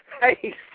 hey